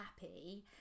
happy